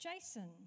Jason